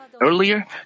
Earlier